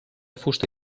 fusta